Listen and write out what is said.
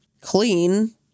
clean